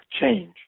change